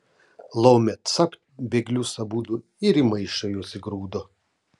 laumė capt bėglius abudu ir į maišą juos įgrūdo